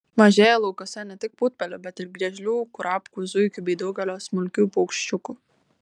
mažėja laukuose ne tik putpelių bet ir griežlių kurapkų zuikių bei daugelio smulkių paukščiukų